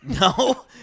No